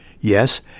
Yes